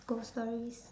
ghost stories